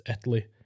Italy